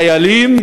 חיילים,